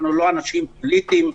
אנחנו לא אנשים פוליטיים.